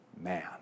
man